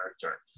character